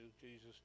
jesus